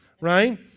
right